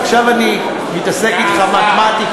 עכשיו אני מתעסק אתך במתמטיקה,